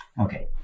Okay